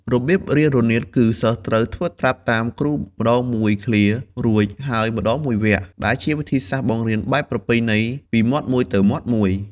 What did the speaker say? របៀបរៀនរនាតគឺសិស្សត្រូវធ្វើត្រាប់តាមគ្រូម្តងមួយឃ្លា រួចហើយម្តងមួយវគ្គ ដែលជាវិធីសាស្ត្របង្រៀនបែបប្រពៃណីពីមាត់មួយទៅមាត់មួយ។